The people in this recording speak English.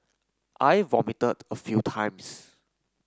I vomited a few times